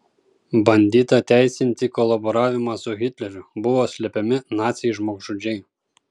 bandyta teisinti kolaboravimą su hitleriu buvo slepiami naciai žmogžudžiai